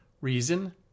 Reason